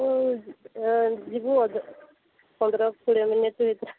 ମୁଁ ଯିବୁ ପନ୍ଦର କୋଡ଼ିଏ ମିନିଟ ଭିତରେ